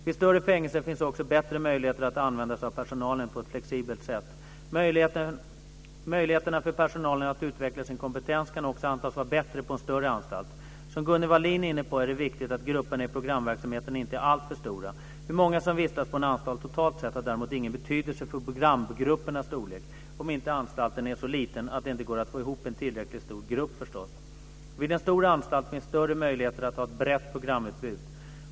Vid större fängelser finns också bättre möjligheter att använda sig av personalen på ett flexibelt sätt. Möjligheterna för personalen att utveckla sin kompetens kan också antas vara bättre på en större anstalt. Som Gunnel Wallin är inne på är det viktigt att grupperna i programverksamhet inte är alltför stora. Hur många som vistas på en anstalt totalt sett har däremot ingen betydelse för programgruppernas storlek, om inte anstalten är så liten att det inte går att få ihop en tillräckligt stor grupp förstås. Vid en stor anstalt finns större möjligheter att ha ett brett programutbud.